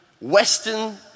Western